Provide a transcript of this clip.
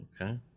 Okay